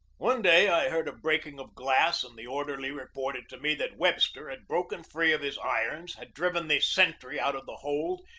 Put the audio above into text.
one day i heard a breaking of glass and the or derly reported to me that webster had broken free of his irons, had driven the sentry out of the hold,